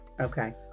Okay